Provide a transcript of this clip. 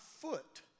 foot